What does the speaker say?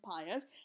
empires